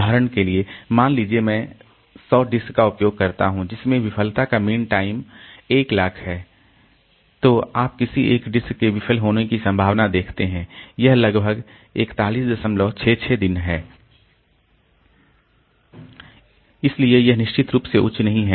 उदाहरण के लिए मान लीजिए मैं 100 डिस्क का उपयोग करता हूं जिसमें विफलता का मीन टाइम 100000 है तो आप किसी एक डिस्क के विफल होने की संभावना देखते हैं यह लगभग 4166 दिन है इसलिए यह निश्चित रूप से उच्च नहीं है